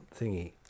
thingy